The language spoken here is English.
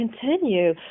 continue